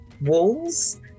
walls